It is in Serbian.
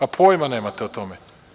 A pojma nemate o tome.